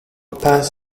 pass